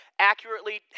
accurately